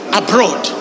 abroad